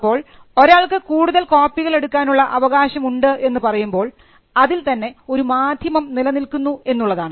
അപ്പോൾ ഒരാൾക്ക് കൂടുതൽ കോപ്പികൾ എടുക്കാനുള്ള അവകാശം ഉണ്ട് എന്ന് പറയുമ്പോൾ അതിൽ തന്നെ ഒരു മാധ്യമം നിലനിൽക്കുന്നു എന്നുള്ളതാണ്